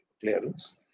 clearance